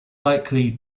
likely